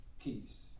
peace